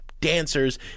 dancers